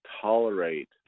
tolerate